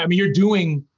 i mean you're doing,